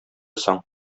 соң